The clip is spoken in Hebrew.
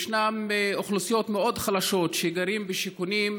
ישנן אוכלוסיות מאוד חלשות שגרות בשיכונים,